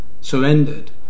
surrendered